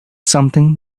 something